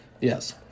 yes